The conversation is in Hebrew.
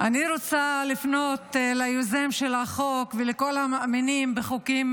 אני רוצה לפנות ליוזם של החוק ולכל המאמינים בחוקים